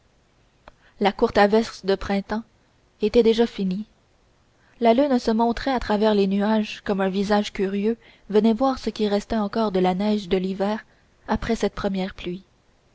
la courte averse de printemps était déjà finie la lune se montrait à travers les nuages comme un visage curieux venant voir ce qui restait encore de la neige de l'hiver après cette première pluie